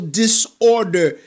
disorder